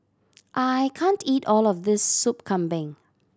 I can't eat all of this Soup Kambing